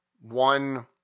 one